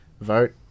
Vote